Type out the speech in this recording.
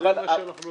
וזה מה שאנחנו עושים.